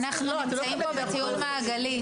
אנחנו נמצאים פה בטיעון מעגלי.